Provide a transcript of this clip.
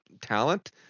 talent